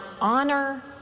honor